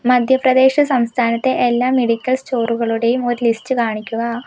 മധ്യപ്രദേശ് സംസ്ഥാനത്തെ എല്ലാ മെഡിക്കൽ സ്റ്റോറുകളുടെയും ഒരു ലിസ്റ്റ് കാണിക്കുക